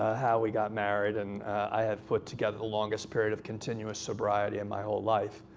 ah how we got married. and i have put together the longest period of continuous sobriety in my whole life